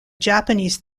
japanese